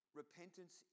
repentance